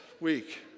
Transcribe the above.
week